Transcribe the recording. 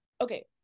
Okay